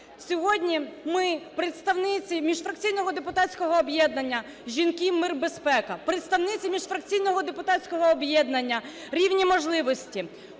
Сьогодні ми, представниці міжфракційного депутатського об'єднання "Жінки. Мир. Безпека", представниці міжфракційного депутатського об'єднання "Рівні можливості",